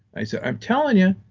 i said, i'm telling you,